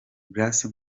grace